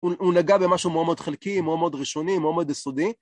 הוא נגע במשהו מאוד-מאוד חלקי, מאוד-מאוד ראשוני, מאוד-מאוד יסודי.